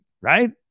Right